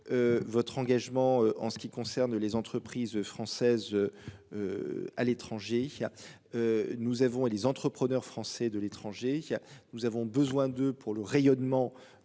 Votre engagement en ce qui concerne les entreprises françaises. À l'étranger. Nous avons et les entrepreneurs français de l'étranger, il y a nous avons besoin de pour le rayonnement